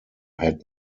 had